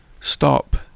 Stop